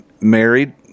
married